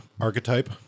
archetype